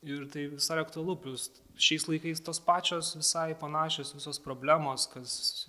ir tai vis dar aktualu plius šiais laikais tos pačios visai panašios visos problemos kas